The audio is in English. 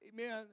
Amen